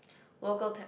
local ta~